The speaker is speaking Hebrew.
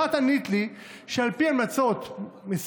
ואת ענית לי שעל פי המלצות משרדך,